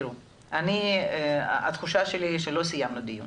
תראו, התחושה שלי היא שלא סיימנו את הדיון